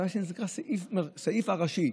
אבל הסעיף הראשי,